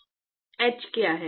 h क्या है